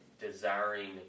desiring